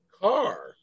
Car